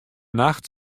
nacht